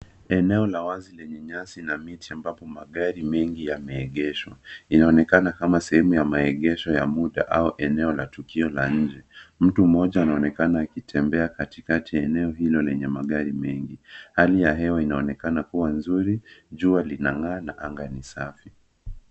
Eneo la wazi lenye miti na nyasi ambapo magari mengi yameegeshwa. Inaonekana kama sehemu ya maegesho ya muda au eneo la tukio la nje. Mtu mmoja anaonekana akitembea katikati ya eneo hilo lenye magari mengi. Hali ya hewa inaonekana kuwa nzuri, jua linang'aa na anga ni safi.